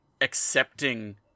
accepting